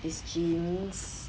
it's genes